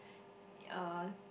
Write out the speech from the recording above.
uh